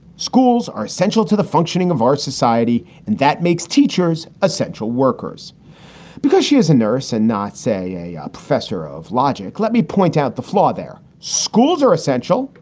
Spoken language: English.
schools are essential to the functioning of our society, and that makes teachers essential workers because she is a nurse and not, say, a ah professor of logic. let me point out the floor. their schools are essential.